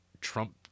Trump